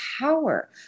power